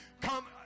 Come